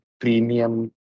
premium